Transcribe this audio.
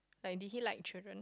like did you like insurance